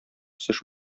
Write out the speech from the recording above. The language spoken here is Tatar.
үсеш